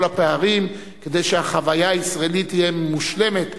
הפערים כדי שהחוויה הישראלית תהיה מושלמת,